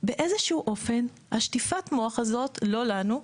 ובאיזשהו אופן שטיפת המוח הזאת מחלחלת לא לנו,